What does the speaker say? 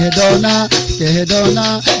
ah da da da da